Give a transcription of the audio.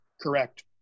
Correct